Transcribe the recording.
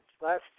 last